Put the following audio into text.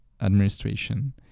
administration